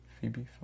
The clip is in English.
Phoebe